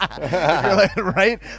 right